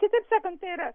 kitaip sakant tai yra